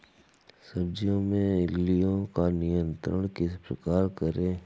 सब्जियों में इल्लियो का नियंत्रण किस प्रकार करें?